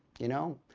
you know,